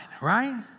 right